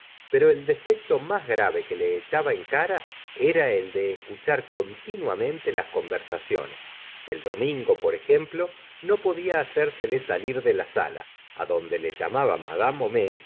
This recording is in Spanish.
pero el defecto más grave que le echaba en cara era el de escuchar continuamente las conversacio nes el domingo por ejemplo no podía hacérsele salir de la sala adonde le llamaba